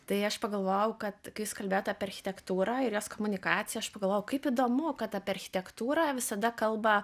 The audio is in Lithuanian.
tai aš pagalvojau kad jūs kalbėjot apie architektūrą ir jos komunikaciją aš pagalvojau kaip įdomu kad apie architektūrą visada kalba